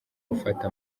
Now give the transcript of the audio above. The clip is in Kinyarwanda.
gufata